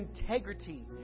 integrity